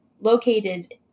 located